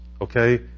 Okay